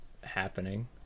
happening